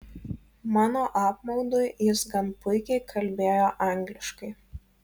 mano apmaudui jis gan puikiai kalbėjo angliškai